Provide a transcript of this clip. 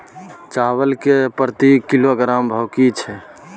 चावल के प्रति किलोग्राम भाव की छै?